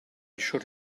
should